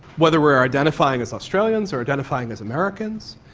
whether we are identifying as australians or identifying as americans,